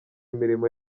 imirimo